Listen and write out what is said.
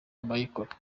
abayikora